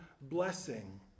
blessing